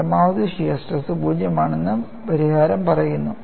പരമാവധി shear stress 0 ആണെന്ന് പരിഹാരം പറയുന്നു